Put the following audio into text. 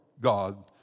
God